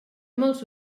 molts